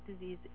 disease